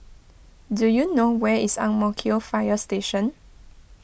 do you know where is Ang Mo Kio Fire Station